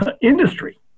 industry